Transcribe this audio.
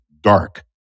dark